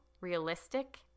realistic